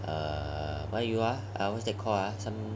err what you are err what's that called ah